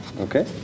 Okay